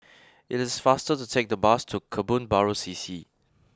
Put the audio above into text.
it is faster to take the bus to Kebun Baru C C